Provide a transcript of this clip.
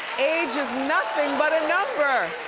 age is nothing but a number.